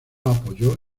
apoyó